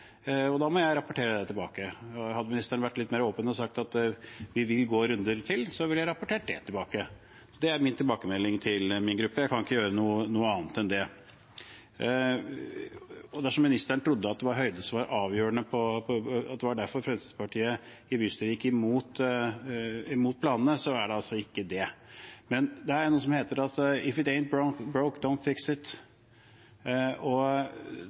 og da må jeg rapportere det tilbake. Hadde ministeren vært litt mer åpen og sagt at vi vil gå noen runder til, ville jeg rapportert det tilbake. Det er min tilbakemelding til min gruppe. Jeg kan ikke gjøre noe annet enn det. Dersom ministeren trodde at det var høyde som var avgjørende, at det var derfor Fremskrittspartiet i bystyret gikk mot planene, er det altså ikke det. Men det er noe som heter «if it ain’t broke don’t fix it», og det er akkurat det som gjelder med Ullevål. Både ansatte og